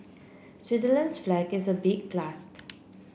Switzerland's flag is a big plus